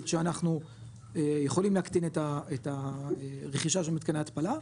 שאנחנו יכולים להקטין את הרכישה של מתקני התפלה,